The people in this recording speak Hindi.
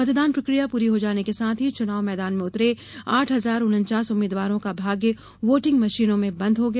मतदान प्रक्रिया पूरी हो जाने के साथ ही चुनाव मैदान में उतरे आठ हजार उनचास उम्मीदवारों का भाग्य वोटिंग मशीनों में बंद हो गया